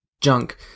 junk